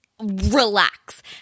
relax